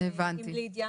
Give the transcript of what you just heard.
עם לידיה,